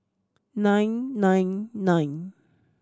nine nine nine